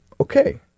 okay